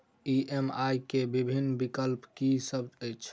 EMI केँ विभिन्न विकल्प की सब अछि